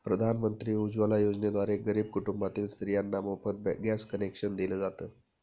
प्रधानमंत्री उज्वला योजनेद्वारे गरीब कुटुंबातील स्त्रियांना मोफत गॅस कनेक्शन दिल जात